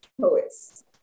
poets